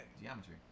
Geometry